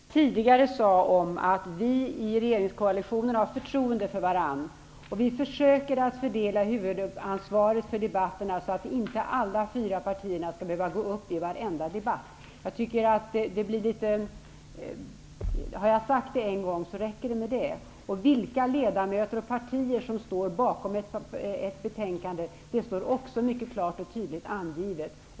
Herr talman! Jag vill bara kort erinra om vad jag tidigare sade om att vi i regeringskoalitionen har förtroende för varandra. Vi försöker att fördela huvudansvaret för debatterna så att inte alla fyra partierna skall behöva gå upp i varenda debatt. Om jag har sagt det en gång, räcker det med det. Vilka ledamöter och partier som står bakom ett betänkande står också mycket klart och tydligt angivet.